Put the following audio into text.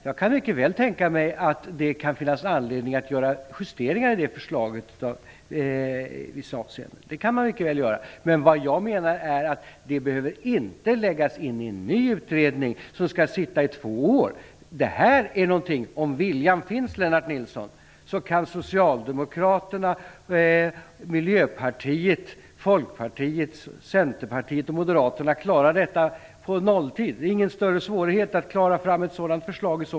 Jag kan mycket väl tänka mig att det kan finnas anledning att göra justeringar i det förslaget i vissa avseenden. Det kan man mycket väl göra, men vad jag menar är att det inte behöver läggas in i en ny utredning som skall sitta i två år. Om viljan finns, Lennart Nilsson, kan Socialdemokraterna, Miljöpartiet, Folkpartiet, Centerpartiet och Moderaterna klara detta på nolltid. Det är ingen större svårighet att få fram ett sådant förslag.